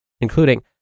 including